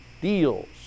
deals